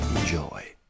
Enjoy